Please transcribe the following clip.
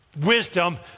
wisdom